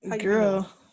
girl